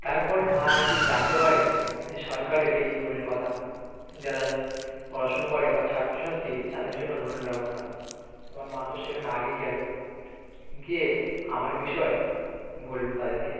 তারপরে মা একদিন জানতে পারে যে সরকারের এই লোনের কথা যারা পড়াশুনো করে বা ছাত্র ছাত্রী তাদের জন্য লোনের ব্যবস্থা আমার মা তো সেখানে আগে গেলো গিয়ে আমার বিষয়ে বললো তাদেরকে